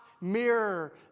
mirror